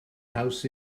haws